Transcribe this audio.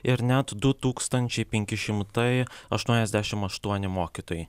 ir net du tūkstančiai penki šimtai aštuoniasdešim aštuoni mokytojai